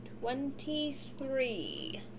Twenty-three